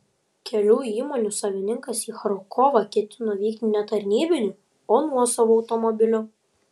kelių įmonių savininkas į charkovą ketino vykti ne tarnybiniu o nuosavu automobiliu